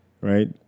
right